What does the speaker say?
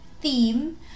theme